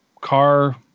car